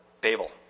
Babel